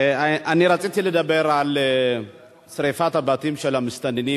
אני רציתי לדבר על שרפת הבתים של המסתננים